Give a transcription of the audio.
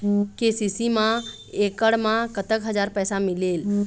KCC मा एकड़ मा कतक हजार पैसा मिलेल?